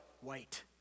white